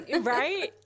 Right